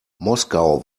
moskau